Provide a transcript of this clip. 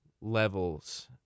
levels